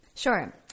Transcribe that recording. Sure